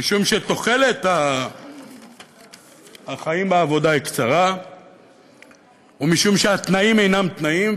משום שתוחלת החיים בעבודה היא קצרה ומשום שהתנאים אינם תנאים.